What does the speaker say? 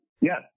Yes